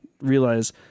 realize